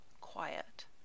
quiet